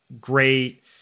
great